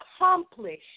accomplish